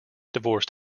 divorced